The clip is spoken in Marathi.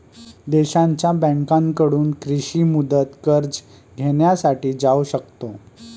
देशांच्या बँकांकडून कृषी मुदत कर्ज घेण्यासाठी जाऊ शकतो